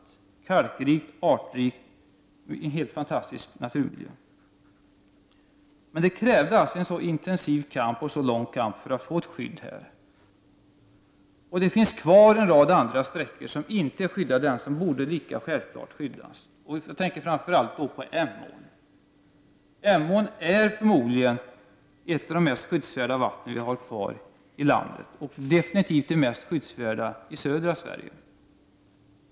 Ån är kalkrik och artrik och har en helt fantastisk naturmiljö. Men det krävdes en intensiv och en lång kamp för att få ett skydd. Det finns en rad andra sträckor som inte är skyddade ännu men som lika självklart borde skyddas. Jag tänker då framför allt på Emån. Emårn är förmodligen ett av de mest skyddsvärda vatten som vi har kvar i landet, och det är definitivt det mest skyddsvärda i södra Sverige.